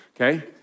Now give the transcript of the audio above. okay